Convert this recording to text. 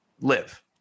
live